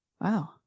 Wow